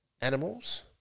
animals